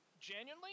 Genuinely